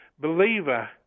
believer